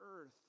earth